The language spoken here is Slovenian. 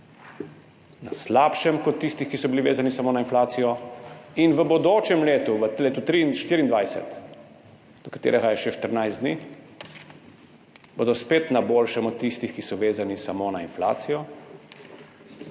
na slabšem kot tisti, ki so bili vezani samo na inflacijo, in v bodočem letu, v letu 2024, do katerega je še 14 dni, bodo spet na boljšem od tistih, ki so vezani samo na inflacijo.